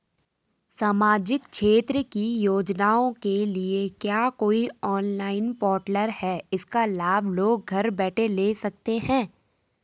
सामाजिक क्षेत्र की योजनाओं के लिए क्या कोई ऑनलाइन पोर्टल है इसका लाभ लोग घर बैठे ले सकते हैं?